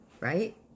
right